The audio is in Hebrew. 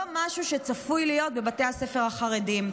לא משהו שצפוי להיות בבתי הספר החרדיים.